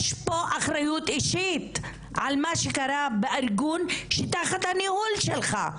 יש פה אחריות אישית על מה שקרה בארגון שתחת הניהול שלך.